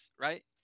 right